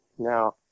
Now